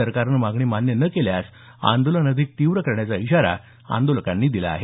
सरकारनं मागणी मान्य न केल्यास आंदोलन अधिक तीव्र करण्याचा इशारा आंदोलकांनी दिला आहे